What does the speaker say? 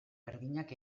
berdinak